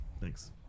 Thanks